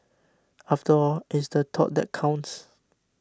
after all it's the thought that counts